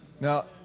Now